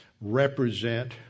represent